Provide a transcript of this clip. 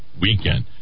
weekend